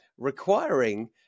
requiring